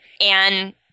And-